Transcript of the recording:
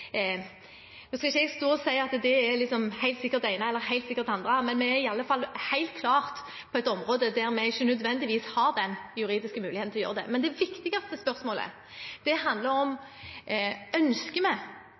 Nå skal ikke jeg stå og si at svaret helt sikkert er det ene eller helt sikkert det andre, men vi er iallfall helt klart på et område der vi ikke nødvendigvis har den juridiske muligheten til å gjøre det. Men det viktigste spørsmålet